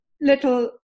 little